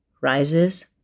rises